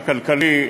הכלכלי,